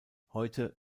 heute